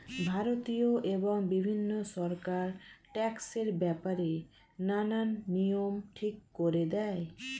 ভারতীয় এবং বিভিন্ন সরকার ট্যাক্সের ব্যাপারে নানান নিয়ম ঠিক করে দেয়